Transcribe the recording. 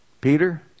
Peter